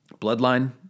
Bloodline